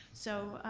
so